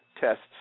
tests